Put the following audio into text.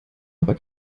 aber